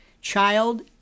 child